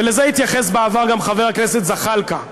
ולזה התייחס בעבר גם חבר הכנסת זחאלקה,